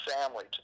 family